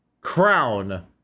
Crown